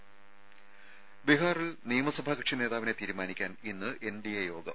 ത ബിഹാറിൽ നിയമസഭാ കക്ഷി നേതാവിനെ തീരുമാനിക്കാൻ ഇന്ന് എൻഡിഎ യോഗം